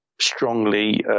strongly